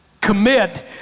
commit